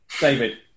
David